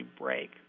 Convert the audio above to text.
break